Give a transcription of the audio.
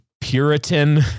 Puritan